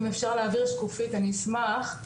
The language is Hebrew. אם אפשר להעביר שקופית אני אשמח.